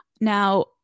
Now